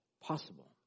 possible